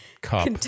cup